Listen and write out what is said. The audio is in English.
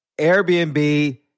Airbnb